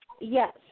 Yes